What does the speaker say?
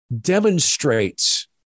demonstrates